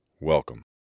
Welcome